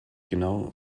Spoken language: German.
genau